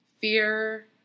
Fear